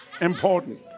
important